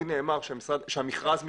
לי נאמר שהמכרז מתקדם.